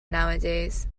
nowadays